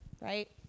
right